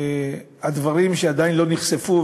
על דברים שעדיין לא נחשפו,